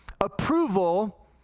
approval